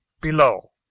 Below